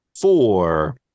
four